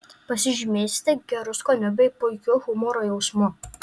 pasižymėsite geru skoniu bei puikiu humoro jausmu